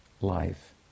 life